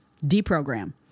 Deprogram